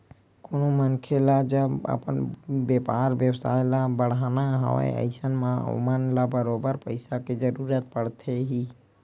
कोनो मनखे ल जब अपन बेपार बेवसाय ल बड़हाना हवय अइसन म ओमन ल बरोबर पइसा के जरुरत पड़थे ही